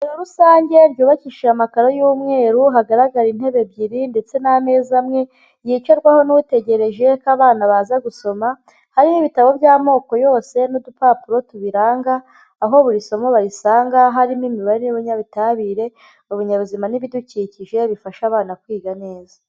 Isomero rusange ryubakishije amakaro y'umweru, hagaragara intebe ebyiri ndetse n'ameza amwe yicarwaho n'utegereje ko abana baza gusoma. Hari n'ibitabo by'amoko yose n'udupapuro tubiranga, aho buri somo barisanga. Harimo imibare n'ibinybutabire, ibinyabuzima n'ibidukikije, bifasha abana kwiga neza.